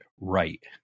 right